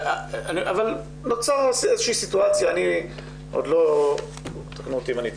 תקנו אותי אם אני טועה,